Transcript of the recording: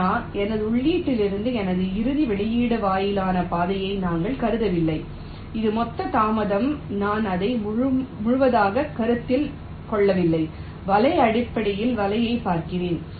ஆனால் எனது உள்ளீட்டிலிருந்து எனது இறுதி வெளியீடு வரையிலான பாதையை நாங்கள் கருதவில்லை இது மொத்த தாமதம் நான் அதை முழுவதுமாக கருத்தில் கொள்ளவில்லை வலை அடிப்படையில் வலையைப் பார்க்கிறேன்